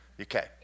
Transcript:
Okay